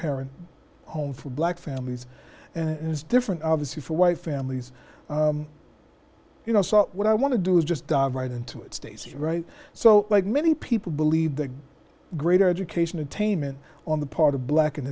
parent home for black families and it's different obviously for white families you know so what i want to do is just right and it stays right so like many people believe the greater education attainment on the part of black and